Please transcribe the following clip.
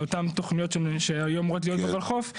לאותן תוכניות שהיו אמורות להיות בולחו"ף,